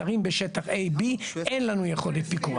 אתרים בשטח A, B, אין לנו יכולת פיקוח.